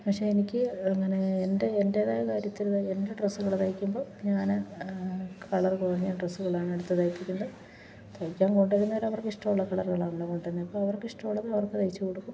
പക്ഷെ എനിക്ക് അങ്ങനെ എൻ്റെ എൻ്റേതായ കാര്യത്തിന് എൻ്റെ ഡ്രസ്സുകള് തയ്ക്കുമ്പോൾ ഞാൻ കളറ് കുറഞ്ഞ ഡ്രസ്സുകളാണെടുത്ത് തയ്പ്പിക്കുന്നത് തയ്ക്കാൻ കൊണ്ടുവരുന്നവർ അവർക്കിഷ്ടം ഉള്ള കളറുകളാണല്ലോ കൊണ്ടുവരുന്നത് അപ്പോൾ അവർക്ക് ഇഷ്ടമുള്ളത് അവർക്ക് തയ്ച്ച് കൊടുക്കും